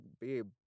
babe